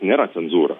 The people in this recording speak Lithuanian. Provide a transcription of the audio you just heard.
nėra cenzūra